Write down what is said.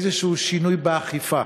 איזשהו שינוי באכיפה?